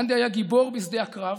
גנדי היה גיבור בשדה הקרב,